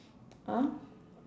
!huh!